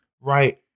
right